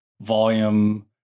volume